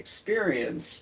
experience